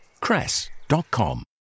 Cress.com